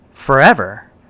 Forever